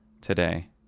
today